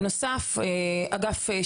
גם אוכלוסיות